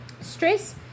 stress